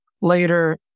later